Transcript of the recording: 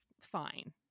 fine